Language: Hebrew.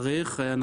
צריך.